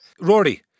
Rory